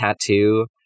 tattoo